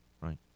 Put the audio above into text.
right